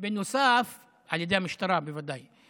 על ידי המשטרה, בוודאי.